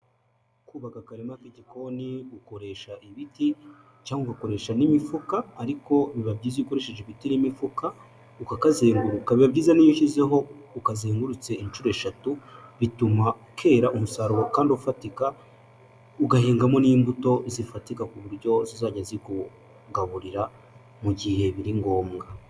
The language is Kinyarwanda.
Kubaka akarima k'igikoni ukoresha ibiti cyangwa ugakoresha n'imifuka, ariko biba byiza iyo ukoresheje ibiti n'imifuka, ukakazenguruka. Biba byiza niyo ushyizeho, ukazengurutse inshuro eshatu, bituma kera umusaruro kandi ufatika, ugahingamo n'imbuto zifatika ku buryo zizajya zikugaburira mu gihe biri ngombwa.